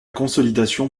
consolidation